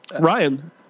Ryan